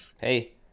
hey